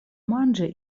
manĝi